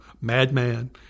madman